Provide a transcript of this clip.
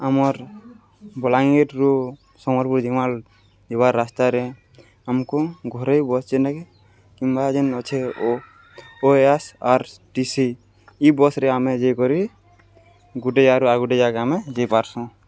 ଆମର୍ ବଲାଙ୍ଗୀର୍ରୁୁ ସମ୍ବଲ୍ପୁର୍ ଜିମାଲ୍ ଯିବାର୍ ରାସ୍ତାରେ ଆମ୍କୁ ଘରୋଇ ବସ୍ ଯେନ୍ଟାକି କିମ୍ବା ଯେନ୍ ଅଛେ ଓ O S R T C ଇ ବସ୍ରେ ଆମେ ଯାଇକରି ଗୁଟେ ଜାଗାରୁ ଆଉ ଗୁଟେ ଜାଗାକେ ଆମେ ଯାଇ ପାର୍ସୁଁ